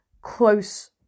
close